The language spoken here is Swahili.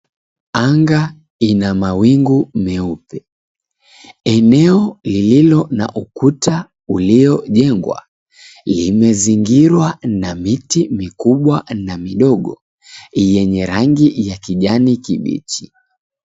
Anga ina mawingu meupe. Eneo lililo na ukuta uliojengwa limezingirwa na miti mikubwa na midogo yenye rangi ya kijani kibichi.